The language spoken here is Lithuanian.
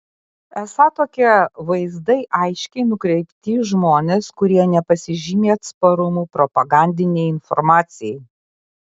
esą tokie vaizdai aiškiai nukreipti į žmones kurie nepasižymi atsparumu propagandinei informacijai